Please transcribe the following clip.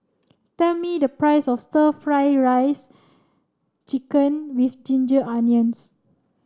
tell me the price of stir fry rice chicken with ginger onions